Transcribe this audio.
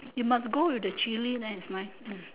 you must go with the chili then is nice